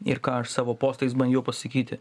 ir ką aš savo postais bandžiau pasakyti